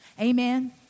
Amen